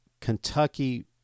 Kentucky –